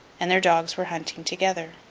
and their dogs were hunting together.